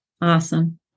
Awesome